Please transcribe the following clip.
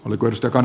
oliko ystävän